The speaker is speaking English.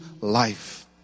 life